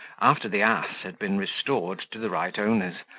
after the ass had been restored to the right owners,